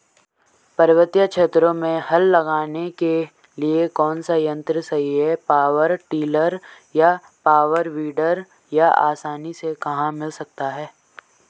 पर्वतीय क्षेत्रों में हल लगाने के लिए कौन सा यन्त्र सही है पावर टिलर या पावर वीडर यह आसानी से कहाँ मिल सकता है?